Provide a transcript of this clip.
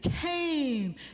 came